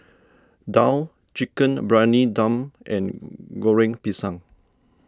Daal Chicken Briyani Dum and Goreng Pisang